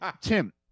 Tim